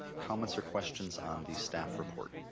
comments or questions on the staff report?